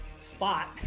Spot